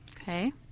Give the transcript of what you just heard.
Okay